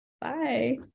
bye